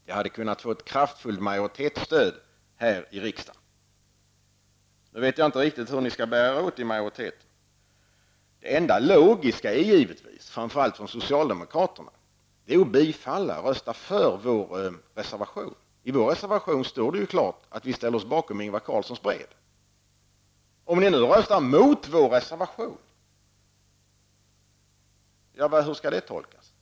Nu vet jag inte riktigt hur majoriteten ämnar bära sig åt. Det enda logiska, framför allt för socialdemokraterna, är att rösta för vår reservation. I vår reservation står det klart att vi ställer oss bakom Ingvar Carlssons brev. Hur skall det tolkas om socialdemokraterna röstar mot vår reservation?